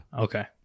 Okay